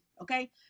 okay